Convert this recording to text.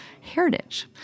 Heritage